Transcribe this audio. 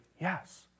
yes